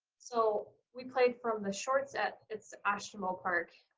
so we played from the shorts at, it's oshtemo park,